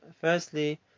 Firstly